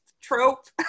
Trope